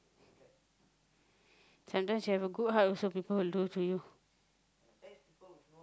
sometimes you have a good heart also people will do to you